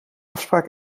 afspraak